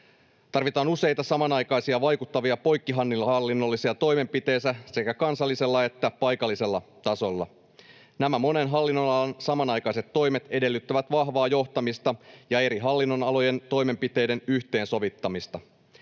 Tarvitaan useita samanaikaisia, vaikuttavia poikkihallinnollisia toimenpiteitä sekä kansallisella että paikallisella tasolla. Nämä monen hallinnonalan samanaikaiset toimet edellyttävät vahvaa johtamista ja eri hallinnonalojen toimenpiteiden yhteensovittamista.